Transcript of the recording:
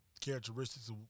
characteristics